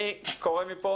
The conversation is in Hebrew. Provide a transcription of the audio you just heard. אני קורא מכאן